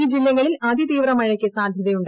ഈ ജില്ലകളിൽ അതിതീവ്ര മഴയ്ക്ക് സാധ്യതയുണ്ട്